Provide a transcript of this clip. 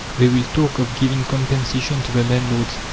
they will talk of giving compensation to the landlords,